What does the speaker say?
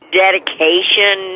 dedication